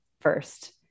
first